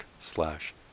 slash